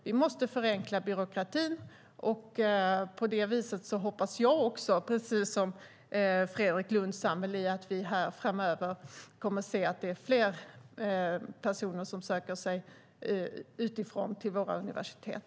Vi måste förenkla byråkratin, och på det viset hoppas jag, precis som Fredrik Lundh Sammeli, att vi framöver kommer att se att det är fler personer som söker sig utifrån till våra universitet.